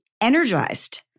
energized